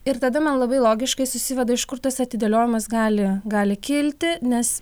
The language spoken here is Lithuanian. ir tada man labai logiškai susiveda iš kur tas atidėliojimas gali gali kilti nes